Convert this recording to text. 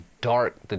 dark